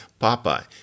Popeye